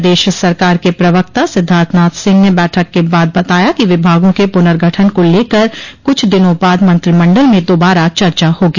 प्रदेश सरकार के प्रवक्ता सिद्धार्थ नाथ सिंह ने बैठक के बाद बताया कि विभागों के पुनर्गठन को लेकर कुछ दिनों बाद मंत्रिमंडल में दोबारा चर्चा होगी